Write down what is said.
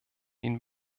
ihnen